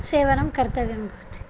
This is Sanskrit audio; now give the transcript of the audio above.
सेवनं कर्तव्यं भवति